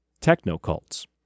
techno-cults